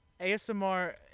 ASMR